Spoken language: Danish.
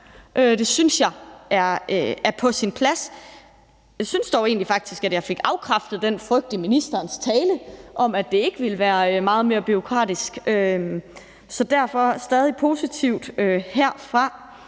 Det synes jeg er på sin plads. Jeg synes dog faktisk, at jeg fik afkræftet den frygt i ministerens tale om, at det ikke ville være meget mere bureaukratisk. Så derfor er vi stadig væk positivt stemt.